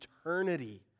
eternity